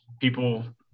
people